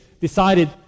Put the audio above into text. decided